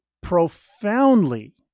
profoundly